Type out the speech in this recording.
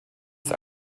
ist